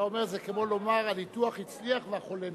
אתה אומר שזה כמו לומר: הניתוח הצליח והחולה מת.